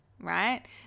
right